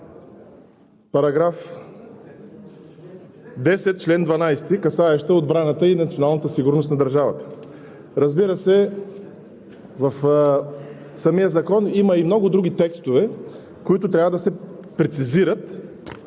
засягаща § 10, чл. 12, касаеща отбраната и националната сигурност на държавата. Разбира се, в самия закон има и много други текстове, които трябва да се прецизират,